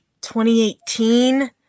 2018